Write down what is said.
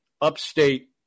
upstate